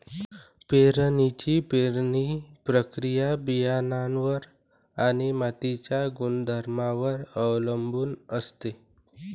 पेरणीची पेरणी प्रक्रिया बियाणांवर आणि मातीच्या गुणधर्मांवर अवलंबून असते